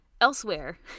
Elsewhere